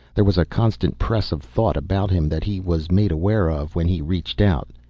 there was a constant press of thought about him that he was made aware of when he reached out.